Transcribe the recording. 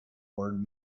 word